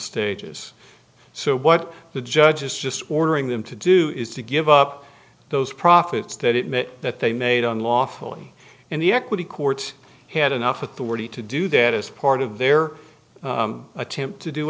stages so what the judge is just ordering them to do is to give up those profits that it that they made unlawfully and the equity courts had enough authority to do that as part of their attempt to do